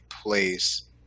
place